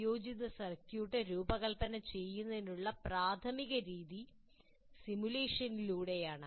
സംയോജിത സർക്യൂട്ട് രൂപകൽപ്പന ചെയ്യുന്നതിനുള്ള പ്രാഥമിക രീതി സിമുലേഷനിലൂടെയാണ്